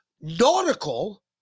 nautical